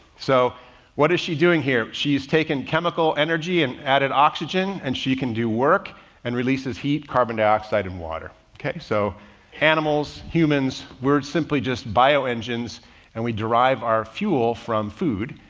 so what is she doing here? she's taken chemical energy and added oxygen and she can do work and releases heat, carbon dioxide and water. okay, so animals, humans were simply just bio engines and we derive our fuel from food.